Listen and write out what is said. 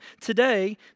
today